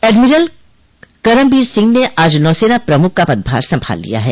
admiral Karambir Singh ने आज नौसेना प्रमुख का पदभार संभाल लिया है